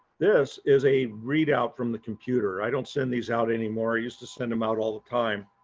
this is a readout from the computer. i don't send these out anymore. i used to send them out all the time.